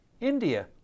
India